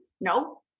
No